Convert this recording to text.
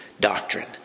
doctrine